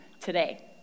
today